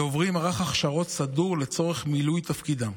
ועוברים מערך הכשרות סדור לצורך מילוי תפקידם.